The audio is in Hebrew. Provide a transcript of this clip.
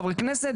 חברי הכנסת,